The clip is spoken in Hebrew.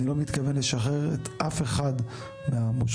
אני לא מתכוון לשחרר אף אחד מהמושכות.